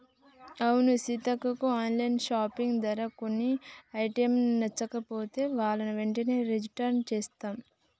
అవును Seethakka online shopping ధర కొన్ని ఐటమ్స్ నచ్చకపోవడం వలన వెంటనే రిటన్ చేసాం